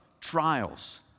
trials